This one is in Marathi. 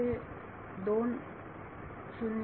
विद्यार्थी म्हणजे 2 0